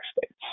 states